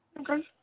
Okay